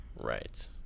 Right